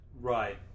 Right